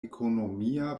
ekonomia